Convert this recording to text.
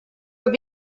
were